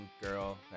girl